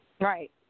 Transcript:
right